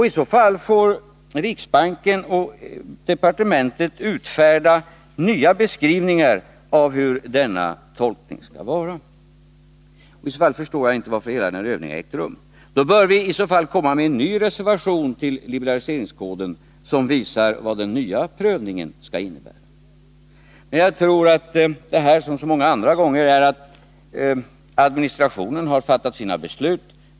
I så fall får riksbanken och departementet utfärda nya beskrivningar av hur tolkningarna skall ske, och då förstår jag inte varför hela denna övning ägt rum. Vi bör i så fall komma med en ny reservation till liberaliseringskoden, som visar vad den nya prövningen skall innebära. Jag tror att det i detta fall liksom så många andra gånger är så, att administrationen har fattat sina beslut.